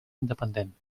independent